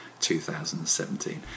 2017